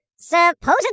Supposedly